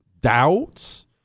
doubts